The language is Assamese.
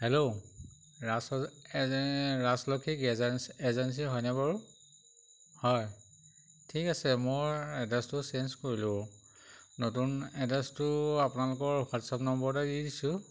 হেল্ল' ৰাজ ৰাজলক্ষী গেজে এজেঞ্চী হয়নে বাৰু হয় ঠিক আছে মোৰ এড্ৰেছটো চেঞ্জ কৰিলোঁ নতুন এড্ৰেছটো আপোনালোকৰ হোৱাটছআপ নম্বৰতে দি দিছোঁ